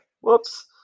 Whoops